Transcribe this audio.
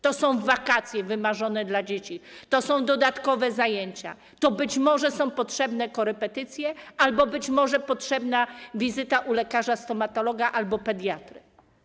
To są wymarzone wakacje dla dzieci, to są dodatkowe zajęcia, to są być może potrzebne korepetycje albo być może potrzebna wizyta u lekarza stomatologa albo pediatry.